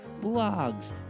blogs